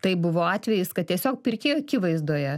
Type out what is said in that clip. tai buvo atvejis kad tiesiog pirkėjų akivaizdoje